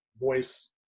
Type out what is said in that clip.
voice